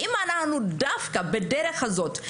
אם אנחנו דווקא בדרך הזאת,